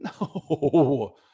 No